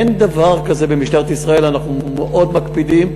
אין דבר כזה במשטרת ישראל, אנחנו מאוד מקפידים.